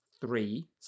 three